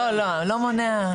לא מונע.